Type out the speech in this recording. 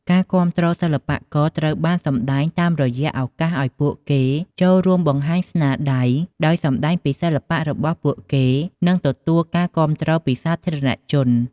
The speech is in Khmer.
ការគាំទ្រសិល្បករ ត្រូវបានសម្ដែងតាមរយៈឱកាសឲ្យពួកគេចូលរួមបង្ហាញស្នាដៃ ដោយសម្តែងពីសិល្បៈរបស់ពួកគេ និងទទួលការគាំទ្រពីសាធារណជន។